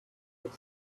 get